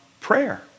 prayer